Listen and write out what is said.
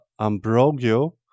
Ambrogio